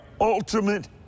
ultimate